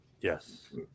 Yes